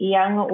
young